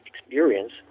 experience